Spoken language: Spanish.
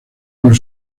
con